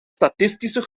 statistische